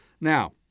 Now